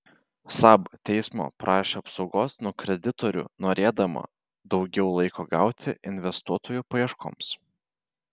saab teismo prašė apsaugos nuo kreditorių norėdama daugiau laiko gauti investuotojų paieškoms